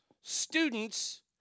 Students